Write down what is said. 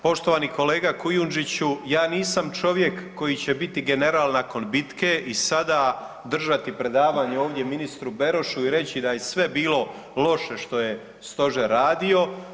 Poštovani kolega Kujundžiću ja nisam čovjek koji će biti general nakon bitke i sada držati predavanje ovdje ministru Berošu i reći da je sve bilo loše što je stožer radio.